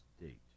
date